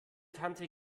tante